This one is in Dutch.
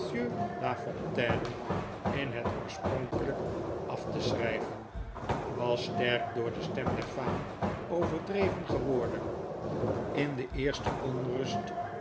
monsieur lafohtaine in hetoorspronkelyk af te schryven was sterk door de stem der faam overdreven geworden in de eerste onrust